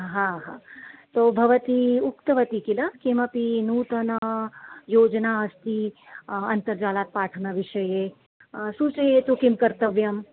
तु भवती उक्तवती किल किमपि नूतनयोजना अस्ति अन्तर्जालात् पाठनविषये सूचयतु किं कर्तव्यम्